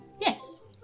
Yes